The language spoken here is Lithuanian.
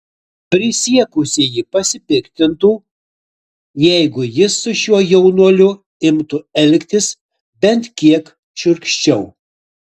prisiekusieji pasipiktintų jeigu jis su šiuo jaunuoliu imtų elgtis bent kiek šiurkščiau